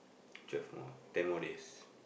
twelve more ten more days